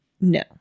No